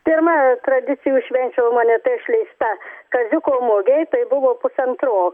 pirma tradicijų švenčių moneta išleista kaziuko mugei tai buvo pusantro